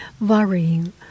worrying